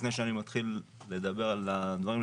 לפני שאני מתחיל לדבר על הדברים,